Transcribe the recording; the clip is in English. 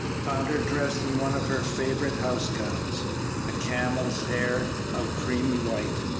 found her dressed in one of her favorite house gowns a camel's hair of creamy white.